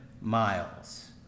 miles